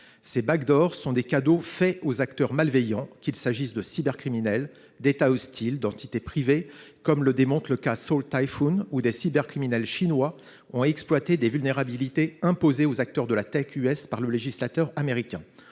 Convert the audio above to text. Ces sont des cadeaux faits aux acteurs malveillants – cybercriminels, États hostiles, entités privées –, comme le démontre le cas Salt Typhoon, des cybercriminels chinois ayant exploité des vulnérabilités imposées aux acteurs de la « Tech US » par le législateur américain.